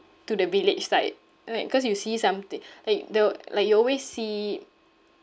to the village side ya like cause you see somethi~ like the like you always see